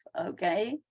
okay